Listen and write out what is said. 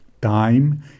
Time